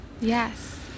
yes